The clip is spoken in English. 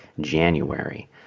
January